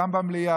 וגם במליאה,